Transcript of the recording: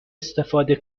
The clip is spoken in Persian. استفاده